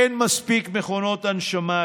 עדיין אין מספיק מכונות הנשמה.